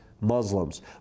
Muslims